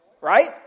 right